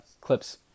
clips